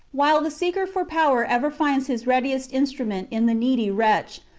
while the seeker for power ever finds his readiest in strument in the needy wretch,